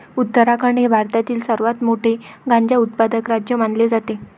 उत्तराखंड हे भारतातील सर्वात मोठे गांजा उत्पादक राज्य मानले जाते